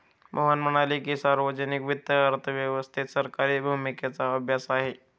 मोहन म्हणाले की, सार्वजनिक वित्त अर्थव्यवस्थेत सरकारी भूमिकेचा अभ्यास आहे